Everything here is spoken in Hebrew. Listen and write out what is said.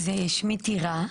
שמי טירה,